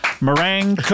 meringue